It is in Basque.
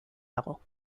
dago